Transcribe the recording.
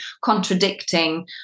contradicting